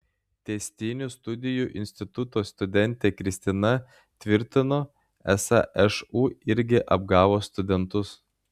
tęstinių studijų instituto studentė kristina tvirtino esą šu irgi apgavo studentus